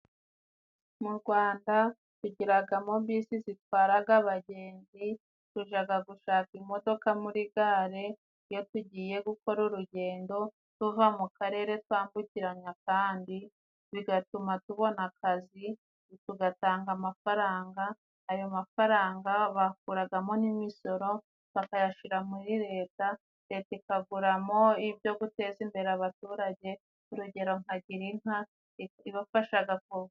Mu rwanda tugiragamo bisi zitwaraga abagenzi tujaga gushaka imodoka muri gare iyo tugiye gukora urugendo tuva mu karere twambukiranya kandi bigatuma tubona akazi tugatanga amafaranga ayo mafaranga bakuragamo n'imisoro bakayashira muri leta leta ikaguramo ibyo guteza imbere abaturage urugero nka girinka ibafashaga ko.